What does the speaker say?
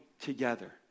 together